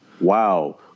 wow